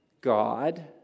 God